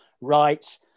right